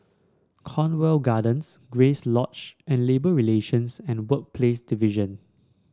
Cornwall Gardens Grace Lodge and Labour Relations and Workplace Division